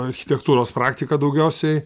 architektūros praktika daugiausiai